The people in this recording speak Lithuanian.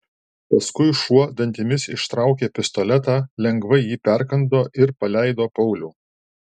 paskui šuo dantimis ištraukė pistoletą lengvai jį perkando ir paleido paulių